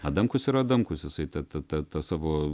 adamkus yra adamkus jisai ta ta ta tą savo